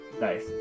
Nice